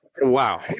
Wow